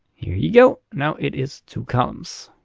here you go, now it is two columns.